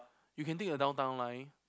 you can take the Downtown Line